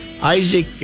Isaac